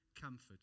comfort